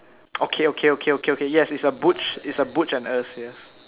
okay okay okay okay okay yes it's a butch it's a butch and er's yes